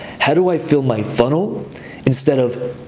how do i fill my funnel instead of,